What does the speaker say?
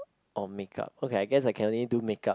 or makeup okay I guess I can only do makeup